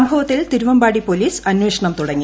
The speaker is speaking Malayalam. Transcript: സംഭവത്തിൽ തിരുവമ്പാടി പോലീസ് അന്വേഷണം തുടങ്ങി